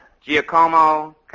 Giacomo